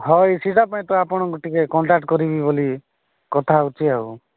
ହଇ ସେଇଟା ପାଇଁ ତ ଆପଣଙ୍କୁ ଟିକେ କଣ୍ଟାକ୍ଟ୍ କରିବି ବୋଲି କଥା ହେଉଛି ଆଉ